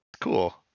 cool